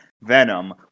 Venom